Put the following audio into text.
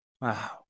Wow